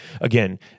Again